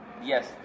Yes